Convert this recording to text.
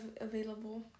available